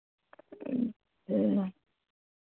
अच्छा